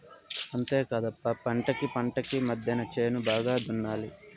అంతేకాదప్ప పంటకీ పంటకీ మద్దెన చేను బాగా దున్నాలి